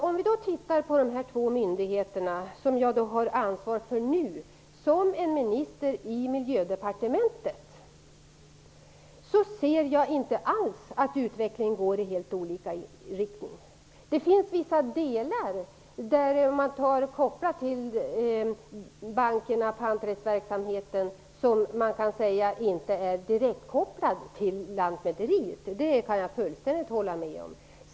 Om jag tittar på de två myndigheter jag som minister i Miljödepartementet har ansvar för nu ser jag inte alls att utvecklingen går i helt olika riktning. Det finns vissa delar -- t.ex. de som är kopplade till bankerna och panträttsverksamheten -- som inte är direktkopplade till lantmäteriet. Det kan jag fullständigt hålla med om.